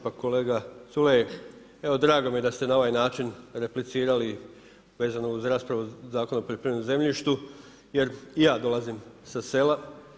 Pa kolega Culej, evo drago mi je da ste na ovaj način replicirali vezano uz raspravu Zakona o poljoprivrednom zemljištu jer i ja dolazim sa sela.